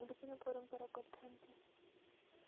ବିଭିନ୍ନ ପରମ୍ପରା କରିଥାନ୍ତି